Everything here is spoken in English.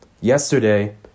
yesterday